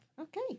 Okay